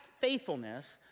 faithfulness